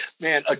Man